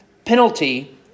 Penalty